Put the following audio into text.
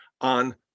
on